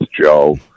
Joe